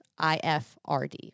IFRD